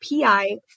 PI